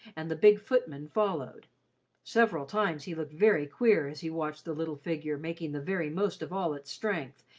and the big footman followed several times he looked very queer as he watched the little figure making the very most of all its strength,